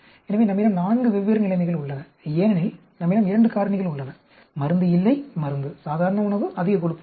எனவே நம்மிடம் நான்கு வெவ்வேறு நிலைமைகள் உள்ளன ஏனெனில் நம்மிடம் இரண்டு காரணிகள் உள்ளன மருந்து இல்லை மருந்து சாதாரண உணவு அதிக கொழுப்பு உணவு